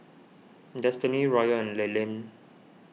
Destiny Royal and Leland